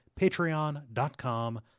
patreon.com